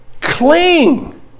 Cling